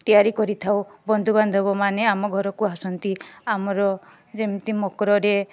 ତିଆରି କରିଥାଉ ବନ୍ଧୁବାନ୍ଧବ ମାନେ ଆମ ଘରକୁ ଆସନ୍ତି ଆମର ଯେମିତି ମକରରେ